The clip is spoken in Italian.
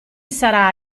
sarà